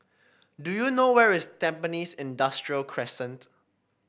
do you know where is Tampines Industrial Crescent